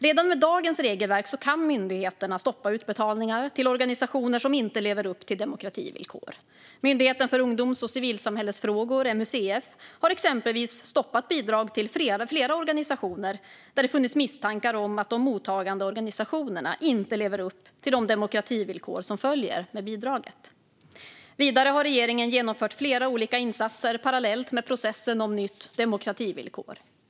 Redan med dagens regelverk kan myndigheterna stoppa utbetalningar till organisationer som inte lever upp till demokrativillkor. Myndigheten för ungdoms och civilsamhällesfrågor, MUCF, har exempelvis stoppat bidrag till flera organisationer där det funnits misstankar om att de mottagande organisationerna inte lever upp till de demokrativillkor som följer med bidraget. Vidare har regeringen genomfört flera olika insatser parallellt med processen för ett nytt demokrativillkor.